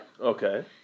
Okay